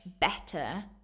better